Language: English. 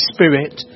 Spirit